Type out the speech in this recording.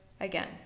again